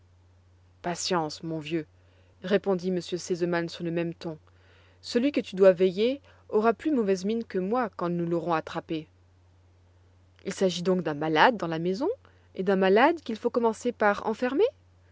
patience mon vieux répondit m r sesemann sur le même ton celui que tu dois veiller aura plus mauvaise mine que moi quand nous l'aurons attrapé il s'agit donc d'un malade dans la maison et d'un malade qu'il faut commencer par enfermer